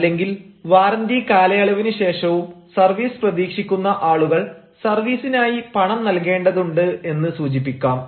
അല്ലെങ്കിൽ വാറണ്ടി കാലയളവിന് ശേഷവും സർവീസ് പ്രതീക്ഷിക്കുന്ന ആളുകൾ സർവീസിനായി പണം നൽകേണ്ടതുണ്ട് എന്ന് സൂചിപ്പിക്കാം